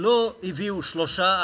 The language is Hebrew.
לא הביאו שלושה,